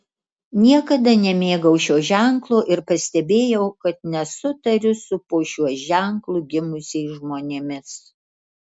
niekada nemėgau šio ženklo ir pastebėjau kad nesutariu su po šiuo ženklu gimusiais žmonėmis